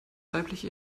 weibliche